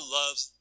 loves